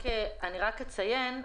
אני רק אציין,